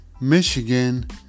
Michigan